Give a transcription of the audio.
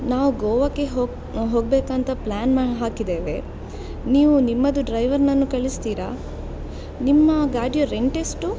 ನಾವು ಗೋವಾಕ್ಕೆ ಹೋಗ ಹೋಗಬೇಕಂತ ಪ್ಲ್ಯಾನ್ ಹಾಕಿದ್ದೇವೆ ನೀವು ನಿಮ್ಮದು ಡ್ರೈವರ್ನನ್ನು ಕಳಿಸ್ತೀರಾ ನಿಮ್ಮ ಗಾಡಿಯ ರೆಂಟ್ ಎಷ್ಟು